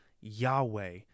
Yahweh